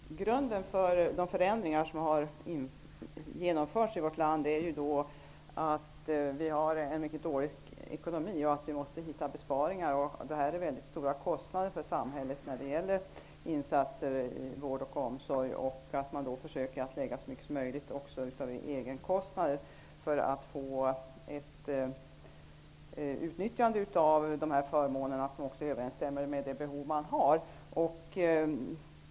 Herr talman! Grunden för de förändringar som har genomförts i vårt land är att vi har en mycket dålig ekonomi och måste hitta besparingar. Insatser för vård och omsorg innebär mycket stora kostnader för samhället. Man måste försöka lägga så mycket som möjligt som egenkostnader för att få ett utnyttjande av förmånerna som överensstämmer med de behov som finns.